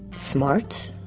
smart,